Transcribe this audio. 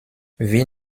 wie